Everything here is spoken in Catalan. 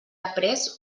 aprés